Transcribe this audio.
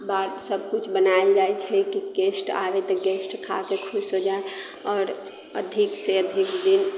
बाद सभकिछु बनायल जाइत छै कि गेस्ट आबय तऽ गेस्ट खा कऽ खुश हो जाय आओर अधिकसँ अधिक दिन